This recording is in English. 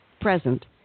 present